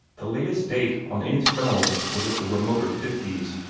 the latest date on any stone was of the remoter fifties.